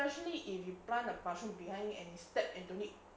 especially if you plant a mushroom behind and step into it